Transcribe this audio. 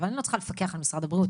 אבל אני לא צריכה לפקח על משרד הבריאות,